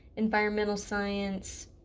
environmental science,